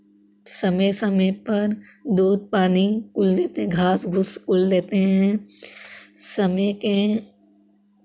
समय समय पर दूध पानी कुल देते हैं घास भूस कुल देते हैं समय के